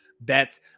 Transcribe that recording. bets